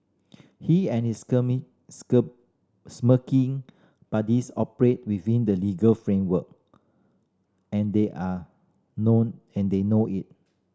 he and his smirking buddies operate within the legal framework and they are know and they know it